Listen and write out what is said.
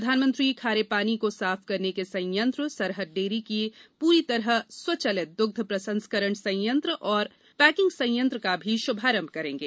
प्रधानमंत्री खारे पानी को साफ करने के संयंत्र सरहद डेरी के पूरी तरह स्वघचालित दुग्ध प्रसंस्करण संयंत्र और पैकिंग संयंत्र का भी शुभारंभ करेंगे